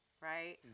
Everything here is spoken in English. right